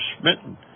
smitten